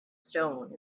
stone